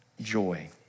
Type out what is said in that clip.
joy